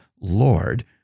Lord